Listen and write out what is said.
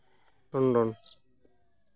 London